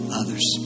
others